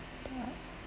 start